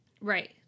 Right